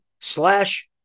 slash